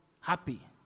happy